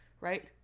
right